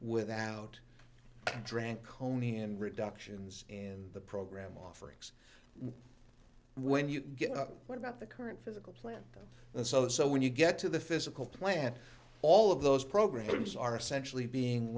without drank hony and reductions in the program offering when you get what about the current physical plant and so so when you get to the physical plant all of those programs are essentially being